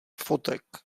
fotek